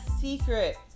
Secret